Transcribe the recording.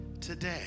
today